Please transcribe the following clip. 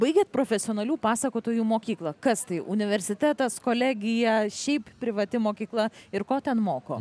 baigėt profesionalių pasakotojų mokyklą kas tai universitetas kolegija šiaip privati mokykla ir ko ten moko